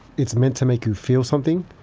it's meant to make you feel something.